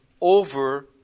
over